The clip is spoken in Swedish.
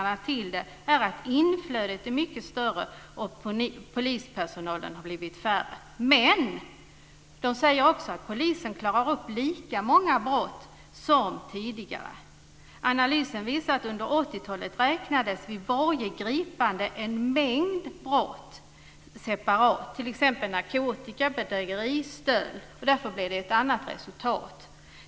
En anledning är att inflödet nu är mycket större och att polispersonalen har minskat. BRÅ säger dock även att polisen klarar upp lika många brott som tidigare. Analysen visar att man under 80-talet vid varje gripande räknade en mängd brott separat, t.ex. narkotikabrott, bedrägeri och stöld, och därför blev resultatet annorlunda.